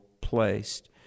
placed